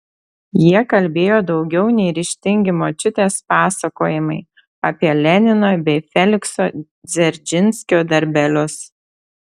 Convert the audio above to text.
jie kalbėjo daugiau nei ryžtingi močiutės pasakojimai apie lenino bei felikso dzeržinskio darbelius